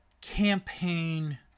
campaign